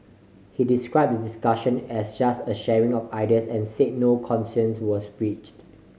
he described the discussion as just a sharing of ideas and said no consensus was reached